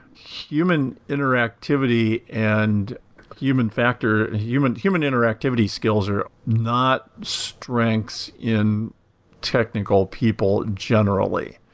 human interactivity and human factors human human interactivity skills are not strengths in technical people generally.